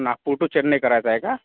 Nagpur to Chennai करायचं आहे का